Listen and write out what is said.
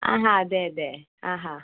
ആ ഹാ അതെ അതെ ആ ഹാ